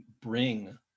bring